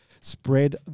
spread